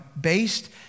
based